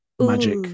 magic